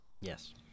Yes